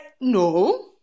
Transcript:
no